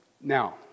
Now